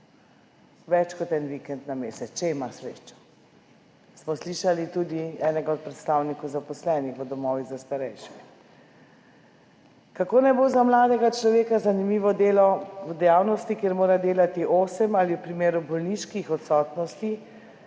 več kot en vikend na mesec, če ima srečo? Slišali smo tudi enega od predstavnikov zaposlenih v domovih za starejše. Kako naj bo za mladega človeka zanimivo delo v dejavnosti, kjer mora delati osem ali v primeru bolniških odsotnosti